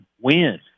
Win